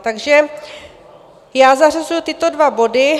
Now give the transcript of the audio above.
Takže já zařazuji tyto dva body.